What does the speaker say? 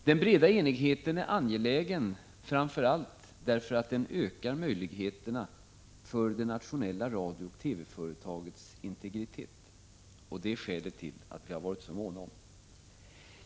Den breda enigheten är angelägen framför allt därför att den ökar möjligheterna för det nationella radiooch TV-företagets integritet. Det är skälet till att vi har varit så måna om denna enighet.